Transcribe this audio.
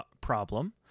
problem